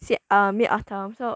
said um mid autumn so